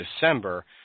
December